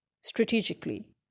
strategically